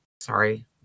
Sorry